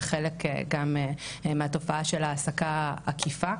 זה חלק גם מהתופעה של ההעסקה העקיפה.